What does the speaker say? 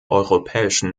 europäischen